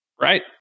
Right